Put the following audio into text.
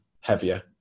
heavier